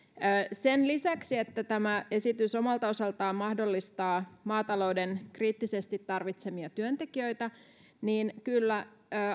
sen lisäksi että tämä esitys omalta osaltaan mahdollistaa maatalouden kriittisesti tarvitsemia työntekijöitä kyllä